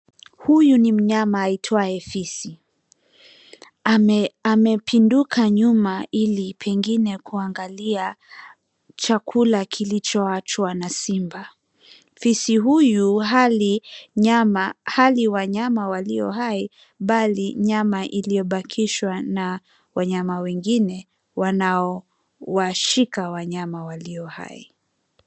Huyu ni mnyama aitwaye fisi. Amepinduka nyuma ili pengine kuangalia chakula kilichoachwa na simba. Fisi huyu hali nyama, hali wanyama walio hai bali nyama iliyobakishwa na wanyama wengine wanaowashika wanyama walio hai.